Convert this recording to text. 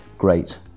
great